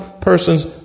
persons